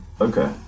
Okay